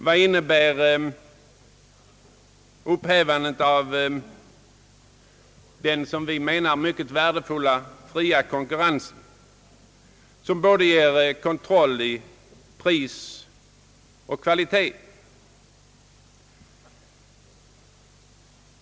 Vad innebär upphävande av den som vi menar mycket värdefulla fria konkurrensen, som ger kontroll i fråga om både pris och kvalitet?